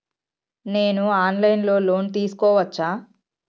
నేను online లో loan తీసుకోవచ్చా?